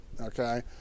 okay